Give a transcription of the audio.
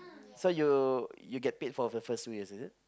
so you you get paid for the first few years is it